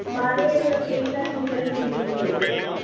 મારે એક લાખ રૂપિયા સુધીની જરૂરત છે